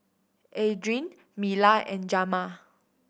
Adriene Mila and Jamar